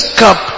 cup